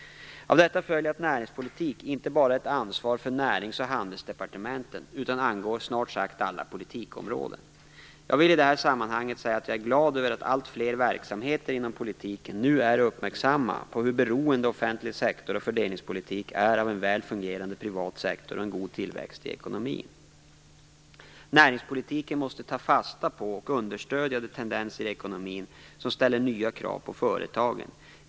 Av detta följer att näringspolitik inte bara är ett ansvar för Närings och handelsdepartementet, utan också angår snart sagt alla politikområden. Jag vill i det här sammanhanget säga att jag är glad över att alltfler verksamma inom politiken nu är uppmärksamma på hur beroende offentlig sektor och fördelningspolitik är av en väl fungerande privat sektor och en god tillväxt i ekonomin. Näringspolitiken måste ta fasta på och understödja de tendenser i ekonomin som ställer nya krav på företagen.